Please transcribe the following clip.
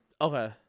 Okay